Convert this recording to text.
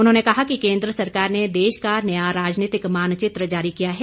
उन्होंने कहा कि केंद्र सरकार ने देश का नया राजनीतिक मानचित्र जारी किया है